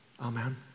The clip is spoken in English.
amen